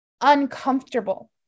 uncomfortable